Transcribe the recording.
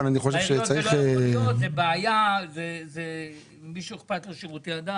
בעיריות זה בעיה, ומי שאכפת לו משירותי הדת